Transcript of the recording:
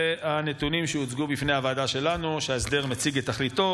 הנתונים שהוצגו בפני הוועדה שלנו הם שההסדר משיג את תכליתו.